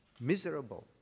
Miserable